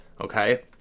okay